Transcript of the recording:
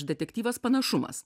detektyvas panašumas